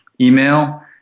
email